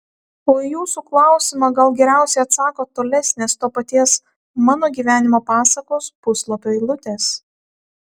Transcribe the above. o į jūsų klausimą gal geriausiai atsako tolesnės to paties mano gyvenimo pasakos puslapio eilutės